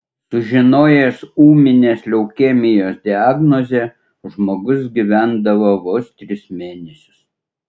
sužinojęs ūminės leukemijos diagnozę žmogus gyvendavo vos tris mėnesius